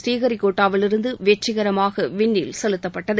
பூநீஹரிகோட்டாவிலிருந்து வெற்றிகரமாக விண்ணில் செலுத்தப்பட்டது